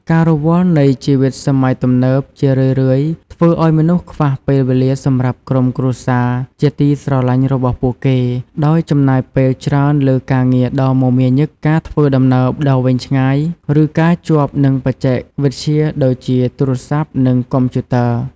ការរវល់នៃជីវិតសម័យទំនើបជារឿយៗធ្វើឲ្យមនុស្សខ្វះពេលវេលាសម្រាប់ក្រុមគ្រួសារជាទីស្រឡាញ់របស់ពួកគេ ដោយចំណាយពេលច្រើនលើការងារដ៏មមាញឹក ការធ្វើដំណើរដ៏វែងឆ្ងាយ ឬការជាប់នឹងបច្ចេកវិទ្យាដូចជាទូរស័ព្ទនិងកុំព្យូទ័រ។